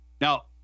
Now